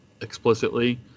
explicitly